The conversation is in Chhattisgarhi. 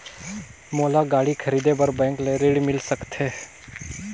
मोला गाड़ी खरीदे बार बैंक ले ऋण मिल सकथे?